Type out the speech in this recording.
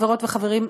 חברות וחברים,